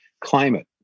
Climate